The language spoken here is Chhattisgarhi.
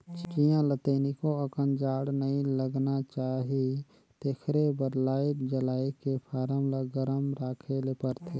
चीया ल तनिको अकन जाड़ नइ लगना चाही तेखरे बर लाईट जलायके फारम ल गरम राखे ले परथे